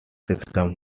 system